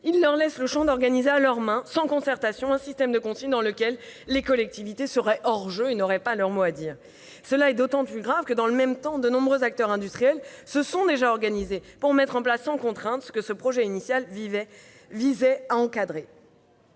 Ils pourraient organiser à leur main, sans concertation, un système de consigne dans lequel les collectivités seraient hors-jeu et n'auraient pas leur mot à dire. Cela est d'autant plus grave que, dans le même temps, de nombreux acteurs industriels se sont déjà organisés pour mettre en place, sans contrainte, ce que le projet initial visait à encadrer.